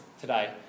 today